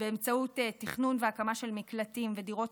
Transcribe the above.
באמצעות תכנון והקמה של מקלטים ודירות